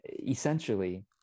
essentially